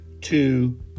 two